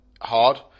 hard